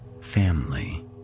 Family